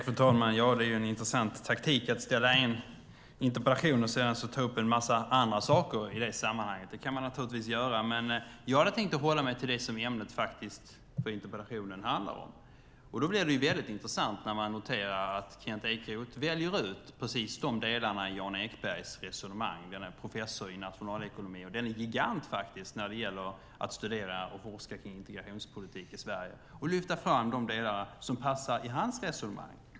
Fru talman! Det är en intressant taktik att ställa en interpellation och att sedan ta upp en massa andra saker i det sammanhanget. Det kan man naturligtvis göra. Jag hade tänkt hålla mig till det ämne som interpellationen handlar om. Det blir väldigt intressant när man noterar att Kent Ekeroth väljer ut delar av Jan Ekbergs resonemang, professor i nationalekonomi och gigant när det gäller att studera och forska om integrationspolitik i Sverige. Han lyfter fram de delar som passar i hans resonemang.